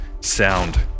sound